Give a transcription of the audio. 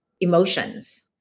emotions